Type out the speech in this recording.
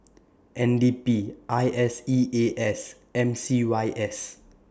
N D P I S E A S M C Y S